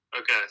Okay